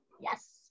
Yes